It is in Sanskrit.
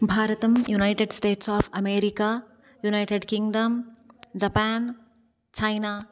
भारतं United States of America United Kingdom Japan China